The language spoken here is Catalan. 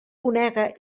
conega